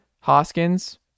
Hoskins